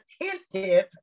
attentive